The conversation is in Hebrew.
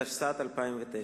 התשס"ט-2009: